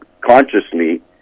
consciously